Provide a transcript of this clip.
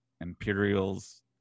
imperials